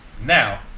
Now